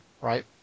right